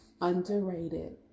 underrated